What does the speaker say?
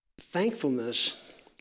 thankfulness